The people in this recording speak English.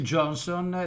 Johnson